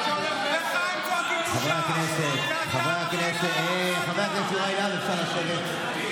חבר הכנסת יוראי להב הרצנו, נא לשבת.